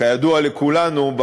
וכידוע לכולנו,